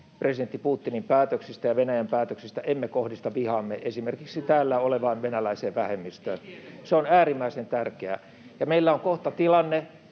presidentti Putinin päätöksistä ja Venäjän päätöksistä, emme kohdista vihaamme, esimerkiksi täällä olevaan venäläiseen vähemmistöön. [Timo Heinonen: Ei tietenkään!] Se on äärimmäisen tärkeää. Ja meillä on kohta tilanne,